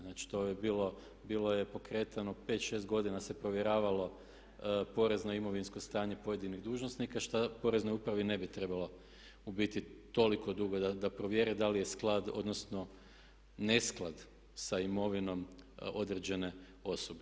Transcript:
Znači to je bilo, bilo je pokretano 5, 6 godina se provjeravalo porezno imovinsko stanje pojedinih dužnosnika što poreznoj upravi ne bi trebalo u biti toliko dugo da provjere da li je sklad odnosno nesklad sa imovinom određene osobe.